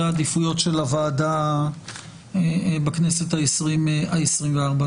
העדיפויות של הוועדה בכנסת העשרים וארבע.